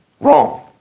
wrong